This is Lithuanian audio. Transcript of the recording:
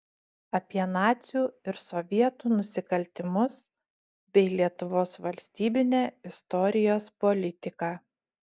apie nacių ir sovietų nusikaltimus bei lietuvos valstybinę istorijos politiką